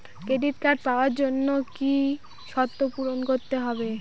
Credit card পাওয়ার জন্য কি কি শর্ত পূরণ করতে হবে?